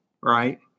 right